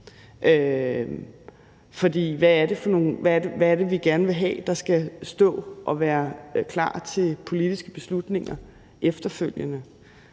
hvad er det, vi gerne vil have der skal stå og være klar til politiske beslutninger efterfølgende?